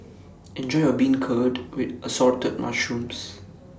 Enjoy your Beancurd with Assorted Mushrooms